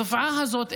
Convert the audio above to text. התופעה הזאת,